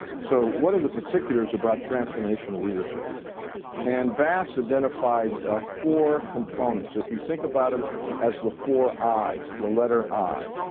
so, what are the particular is about transformational leadership and bass identified four components if you think about them as the four i's, the letter i,